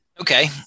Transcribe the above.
Okay